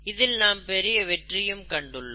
இதில் நாம் பெரிய வெற்றியும் கண்டுள்ளோம்